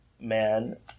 man